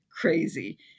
crazy